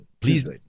please